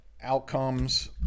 outcomes